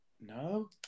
No